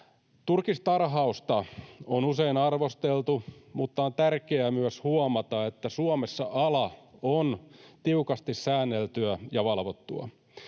Turkistarhausta on usein arvosteltu, mutta on tärkeää myös huomata, että Suomessa ala on tiukasti säänneltyä ja valvottua.